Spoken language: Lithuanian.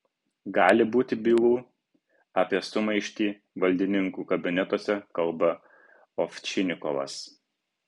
gali būti bylų apie sumaištį valdininkų kabinetuose kalba ovčinikovas